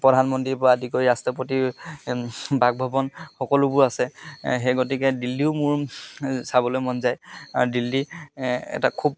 প্ৰধানমন্ত্ৰীৰ পৰা আদি কৰি ৰাষ্ট্ৰপতিৰ বাসভৱন সকলোবোৰ আছে সেই গতিকে দিল্লীও মোৰ চাবলৈ মন যায় আৰু দিল্লী এটা খুব